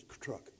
truck